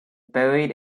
buried